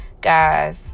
Guys